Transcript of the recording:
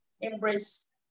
embrace